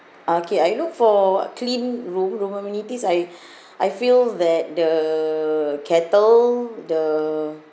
ah okay I look for clean room room amenities I I feel that the kettle the